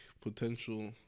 potential